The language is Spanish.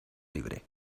libre